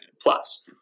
plus